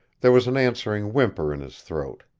there was an answering whimper in his throat.